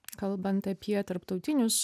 kalbant apie tarptautinius